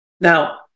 Now